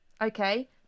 Okay